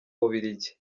bubiligi